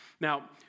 Now